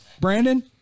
Brandon